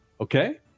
Okay